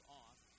off